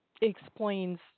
explains